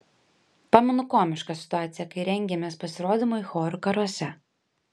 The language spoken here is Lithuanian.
pamenu komišką situaciją kai rengėmės pasirodymui chorų karuose